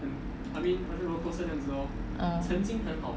mm